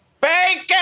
Bacon